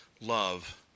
love